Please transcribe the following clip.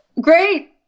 Great